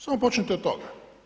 Samo počnite od toga.